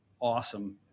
awesome